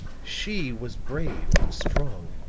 she was brave and strong,